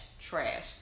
trash